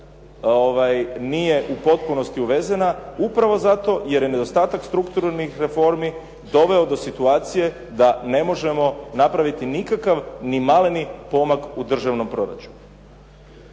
nije u potpunosti uvezena upravo zato jer je nedostatak strukturnih reformi doveo do situacije da ne možemo napraviti nikakav ni maleni pomak u državnom proračunu.